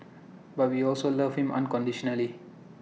but we also love him unconditionally